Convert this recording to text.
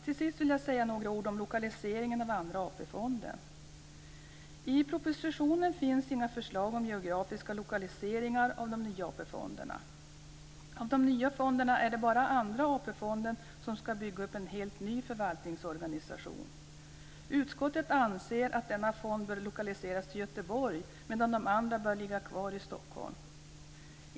Jag ska till sist säga några ord om lokalisering av Andra AP-fonden. I propositionen finns inga förslag om geografiska lokaliseringar av de nya AP-fonderna. Av de nya fonderna är det bara Andra AP-fonden som ska bygga upp en helt ny förvaltningsorganisation. Utskottet anser att denna fond bör lokaliseras till Göteborg medan de andra bör ligga kvar i Stockholm.